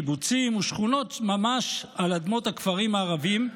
קיבוצים ושכונות ממש על אדמות הכפרים הערביים,